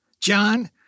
John